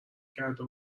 کرده